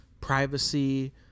Privacy